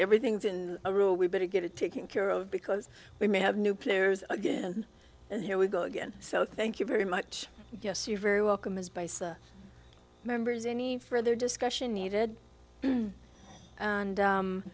everything is in a row we better get it taken care of because we may have new players again and here we go again so thank you very much yes you're very welcome is by some members any further discussion needed and